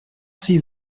see